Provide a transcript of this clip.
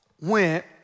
went